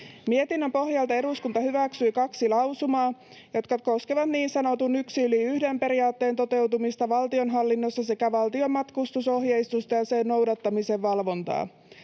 Mietinnön pohjalta eduskunta hyväksyi kaksi lausumaa, jotka koskevat niin sanotun yksi yli yhden -periaatteen toteutumista valtionhallinnossa sekä valtion matkustusohjeistusta ja sen noudattamisen valvontaa.